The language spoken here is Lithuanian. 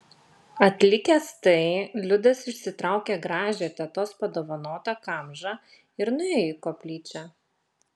atlikęs tai liudas išsitraukė gražią tetos padovanotą kamžą ir nuėjo į koplyčią